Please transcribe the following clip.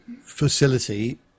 facility